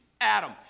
Adam